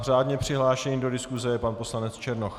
Řádně přihlášený do diskuse je pan poslanec Černoch.